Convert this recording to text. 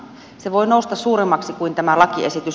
se voi nousta suuremmaksi kuin tämä lakiesitys